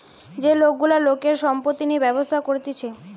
যে লোক গুলা লোকের সম্পত্তি নিয়ে ব্যবসা করতিছে